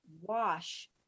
wash